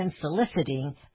soliciting